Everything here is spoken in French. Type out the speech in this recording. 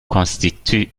constitue